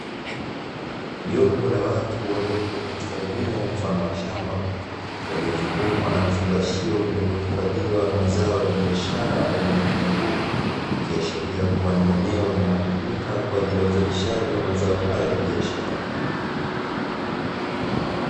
Jopo la watu waliopo katika eneo mfano wa shamba waliozungukwa na vifungashio vilivyo hifadhiwa mazao ya biashara aina ya vitunguu, ikiashiria kuwa ni eneo linalotumika kwa ajili ya uzalishaji wa mazao hayo ya biashara.